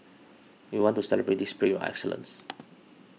we want to celebrate this spirit of excellence